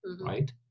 right